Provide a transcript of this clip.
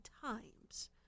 times